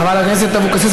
חברת הכנסת אבקסיס,